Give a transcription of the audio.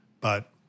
but-